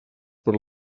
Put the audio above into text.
per